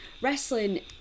wrestling